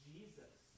Jesus